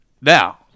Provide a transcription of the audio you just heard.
Now